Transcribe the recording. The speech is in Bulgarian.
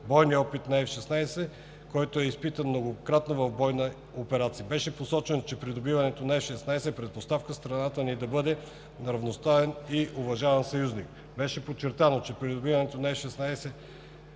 бойния опит на F-16, който е изпитан многократно в бойни операции. Беше посочено, че придобиването на F-16 е предпоставка страната ни да бъде равностоен и уважаван съюзник. Беше подчертано, че придобиването на F-16